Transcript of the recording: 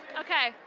okay,